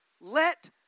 Let